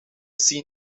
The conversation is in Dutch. zien